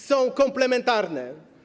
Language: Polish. Są komplementarne.